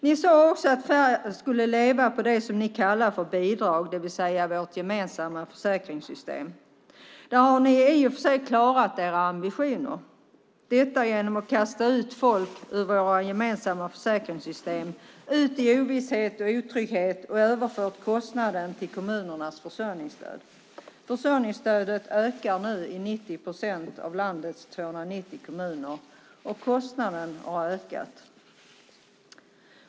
Ni sade också att färre skulle leva på det som ni kallar för bidrag, det vill säga vårt gemensamma försäkringssystem. Där har ni i och för sig klarat era ambitioner genom att kasta ut folk ur våra gemensamma försäkringssystem i ovisshet och otrygghet, och ni har överfört kostnaderna till kommunernas försörjningsstöd. Försörjningsstödet ökar nu i 90 procent av landets 290 kommuner och kostnaden har ökat.